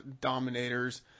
dominators